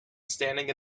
standing